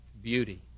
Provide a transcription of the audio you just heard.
beauty